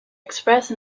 expressed